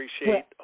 Appreciate